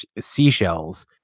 seashells